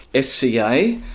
SCA